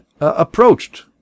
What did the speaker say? approached